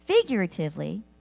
figuratively